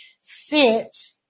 sit